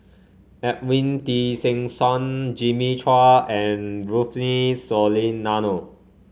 Edwin Tessensohn Jimmy Chua and Rufino Soliano